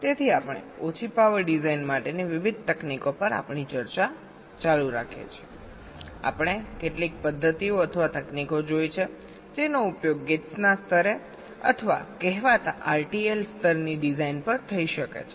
તેથી આપણે ઓછી પાવર ડિઝાઇન માટેની વિવિધ તકનીકો પર આપણી ચર્ચા ચાલુ રાખીએ છીએ આપણે કેટલીક પદ્ધતિઓ અથવા તકનીકો જોઈ છે જેનો ઉપયોગ ગેટ્સના સ્તરે અથવા કહેવાતા RTL સ્તરની ડિઝાઇન પર થઈ શકે છે